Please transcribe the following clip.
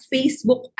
Facebook